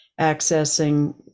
accessing